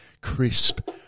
Crisp